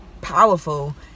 powerful